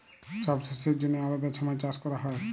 ছব শস্যের জ্যনহে আলেদা ছময় চাষ ক্যরা হ্যয়